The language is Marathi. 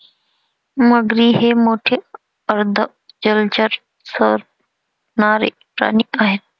मगरी हे मोठे अर्ध जलचर सरपटणारे प्राणी आहेत